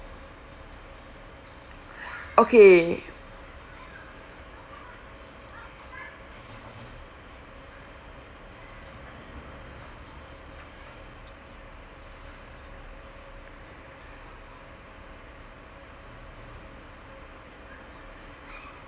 okay